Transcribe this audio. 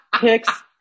picks